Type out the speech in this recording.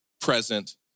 present